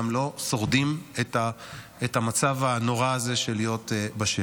גם לא שורדים את המצב הנורא הזה של להיות בשבי.